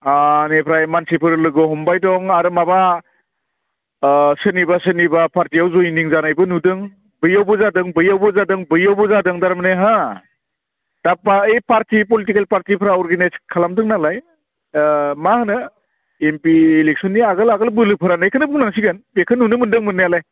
आह इनिफ्राय मानसिफोर लोगो हमबाय दं आरो माबा सोरनिबा सोरनिबा पार्टीयाव जयेनिं जानायबो नुदों बेयावबो जादों बैयावबो जादों बैयावबो जादों थारमानि हो दा पार ओइ पार्टी पलिटिकेल पारर्टीफ्रा अरगेनाइस खालामदों नालाय मा होनो एमपि इलेक्सननि आगोल आगोल बोलो फोरानायखौनो बुंनांसिगोन बेखौनो नुनो मोनदों मोन्नायालाय